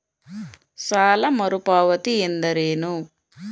ಸಾಲ ಮರುಪಾವತಿ ಎಂದರೇನು?